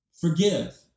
forgive